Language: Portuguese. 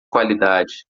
qualidade